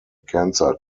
cancer